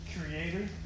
creator